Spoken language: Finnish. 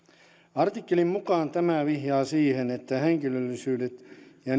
artikkelin mukaan tämä vihjaa siihen että henkilöllisyydet ja